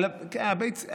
על הביצים.